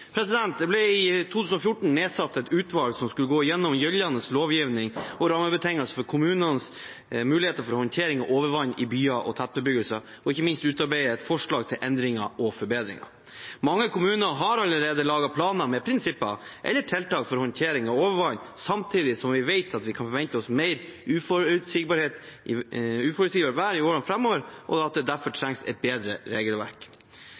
Det ble i 2014 nedsatt et utvalg som skulle gå gjennom gjeldende lovgivning og rammebetingelser for kommunenes muligheter for håndtering av overvann i byer og tettbebyggelser og ikke minst utarbeide et forslag til endringer og forbedringer. Mange kommuner har allerede laget planer med prinsipper eller tiltak for håndtering av overvann – samtidig som vi vet at vi kan forvente oss mer uforutsigbart vær i årene framover, og at det derfor trengs et bedre regelverk.